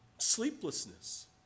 sleeplessness